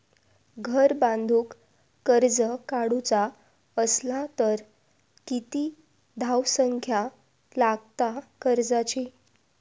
घर बांधूक कर्ज काढूचा असला तर किती धावसंख्या लागता कर्जाची?